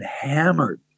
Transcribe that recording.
hammered